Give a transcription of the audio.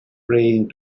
praying